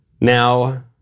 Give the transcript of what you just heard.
Now